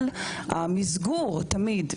אבל המסגור תמיד,